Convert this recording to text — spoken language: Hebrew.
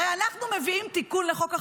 הרי אנחנו מביאים תיקון לחוק החסינות,